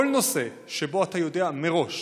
כל נושא שבו אתה יודע מראש